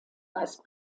meist